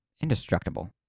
indestructible